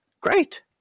great